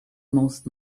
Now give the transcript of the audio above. most